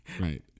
Right